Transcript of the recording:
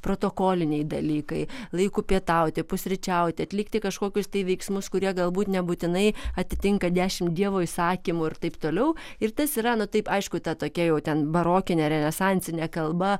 protokoliniai dalykai laiku pietauti pusryčiauti atlikti kažkokius tai veiksmus kurie galbūt nebūtinai atitinka dešim dievo įsakymų ir taip toliau ir tas yra nu taip aišku ta tokia jau ten barokine renesansine kalba